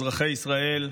אזרחי ישראל,